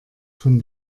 von